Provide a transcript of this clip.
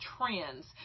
trends